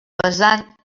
vessant